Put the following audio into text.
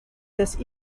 this